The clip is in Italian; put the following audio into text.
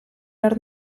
art